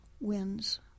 wins